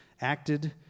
acted